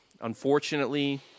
unfortunately